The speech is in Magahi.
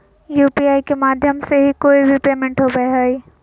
यू.पी.आई के माध्यम से ही कोय भी पेमेंट होबय हय